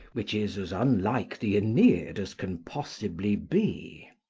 which is as unlike the aeneid as can possibly be.